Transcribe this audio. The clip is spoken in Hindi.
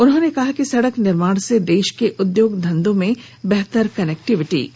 उन्होंने कहा कि सड़क निर्माण से देश के उद्योग धंधों को बेहतर कनेक्टिविटी मिलेगी